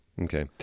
okay